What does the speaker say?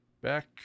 back